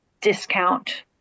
discount